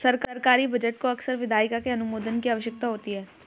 सरकारी बजट को अक्सर विधायिका के अनुमोदन की आवश्यकता होती है